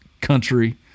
country